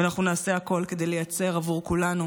ואנחנו נעשה הכול כדי לייצר עבור כולנו